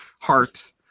heart